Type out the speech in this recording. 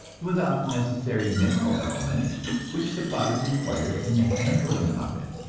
without the necessary mineral elements which the body requires in the handling of it.